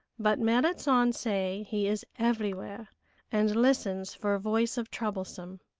but merrit san say he is everywhere and listens for voice of troublesome.